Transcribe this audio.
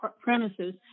premises